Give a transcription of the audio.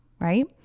right